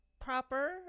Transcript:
proper